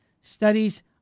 studies